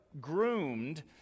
groomed